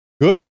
Good